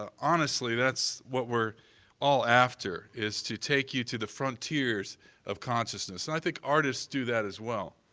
ah honestly, that's what we're all after, is to take you to the frontiers of consciousness. and i think artists do that as well.